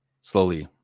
slowly